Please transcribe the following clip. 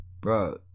Bro